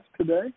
today